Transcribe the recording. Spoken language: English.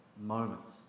moments